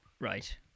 Right